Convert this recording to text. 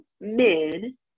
men